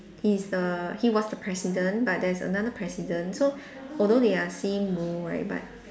he is the he was the president but there's another president so although they are same role right but